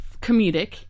comedic